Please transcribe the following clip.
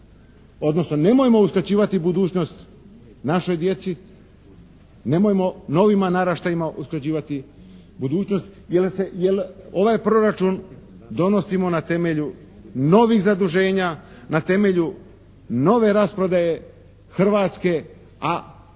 odnosno nemojmo uskraćivati budućnost našoj djeci. Nemojmo novima naraštajima uskraćivati budućnost jer se, jer ovaj proračun donosimo na temelju novih zaduženja, na temelju nove rasprodaje Hrvatske, a